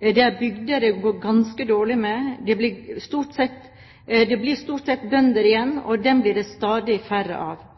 Det er bygder det går ganske dårlig med. Det blir stort sett bønder igjen, og dem blir det stadig færre av.